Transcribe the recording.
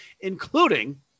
including